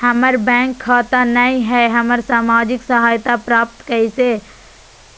हमार बैंक खाता नई हई, हम सामाजिक सहायता प्राप्त कैसे